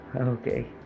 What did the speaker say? okay